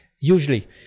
usually